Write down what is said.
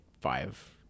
five